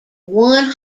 one